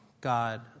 God